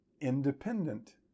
independent